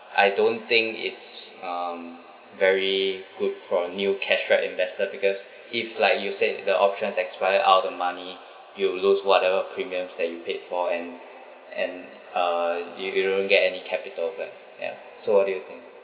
I don't think it's um very good for a new cash-strapped investor because if like you said the options expire out of the money you'll lose whatever premiums that you paid for and and uh if you you won't get any capital back ya so what do you think